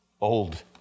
old